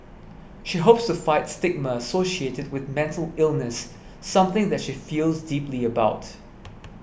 she hopes to fight stigma associated with mental illness something that she feels deeply about